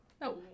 No